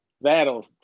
that'll